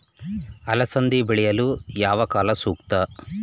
ಅಲಸಂದಿ ಬೆಳೆಯಲು ಯಾವ ಕಾಲ ಸೂಕ್ತ?